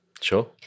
Sure